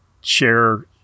share